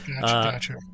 gotcha